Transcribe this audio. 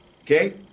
Okay